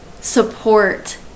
support